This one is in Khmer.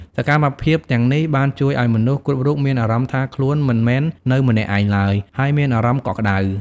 សកម្មភាពទាំងនេះបានជួយឱ្យមនុស្សគ្រប់រូបមានអារម្មណ៍ថាខ្លួនមិនមែននៅម្នាក់ឯងឡើយ ហើយមានអារម្មណ៍កក់ក្តៅ។